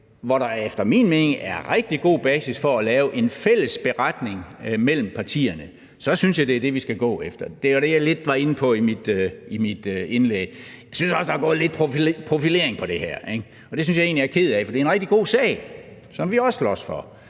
hvor der efter min mening er rigtig god basis for at lave en fælles beretning mellem partierne, så synes jeg, at det er det, vi skal gå efter. Det var det, jeg lidt var inde på i mit indlæg. Jeg synes også, at der er gået lidt profilering i det her. Det er jeg egentlig ked af, for det er en rigtig god sag, som vi også slås for.